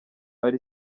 ari